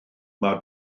mae